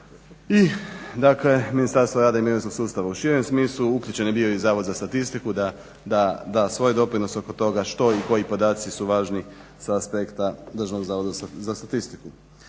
i dakle Ministarstvo rada i mirovinskog sustava u širem smislu. Uključen je bio i Zavod za statistiku da da svoj doprinos oko toga što i koji podaci su važni sa aspekta Državnog Zavoda za statistiku.